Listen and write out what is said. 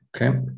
okay